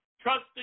trusting